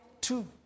Two